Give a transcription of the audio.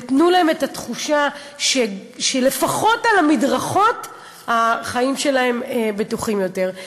ותנו להם את התחושה שלפחות על המדרכות החיים שלהם בטוחים יותר.